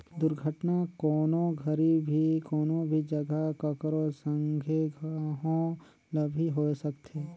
दुरघटना, कोनो घरी भी, कोनो भी जघा, ककरो संघे, कहो ल भी होए सकथे